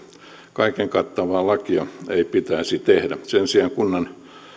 kaiken kattavaa lakia ei pitäisi tehdä sen sijaan kunnan